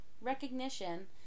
recognition